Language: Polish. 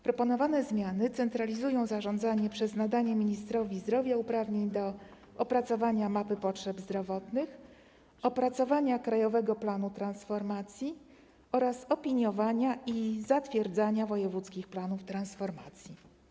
Proponowane zmiany centralizują zarządzanie przez nadanie ministrowi zdrowia uprawnień do opracowania mapy potrzeb zdrowotnych, opracowania krajowego planu transformacji oraz opiniowania i zatwierdzania wojewódzkich planów transformacji.